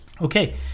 Okay